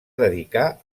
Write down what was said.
dedicar